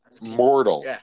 Mortal